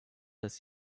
des